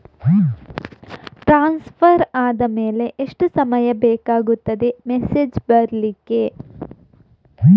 Transfer ಆದ್ಮೇಲೆ ಎಷ್ಟು ಸಮಯ ಬೇಕಾಗುತ್ತದೆ ಮೆಸೇಜ್ ಬರ್ಲಿಕ್ಕೆ?